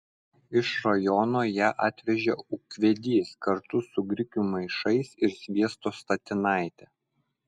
iš rajono ją atvežė ūkvedys kartu su grikių maišais ir sviesto statinaite